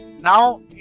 Now